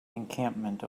encampment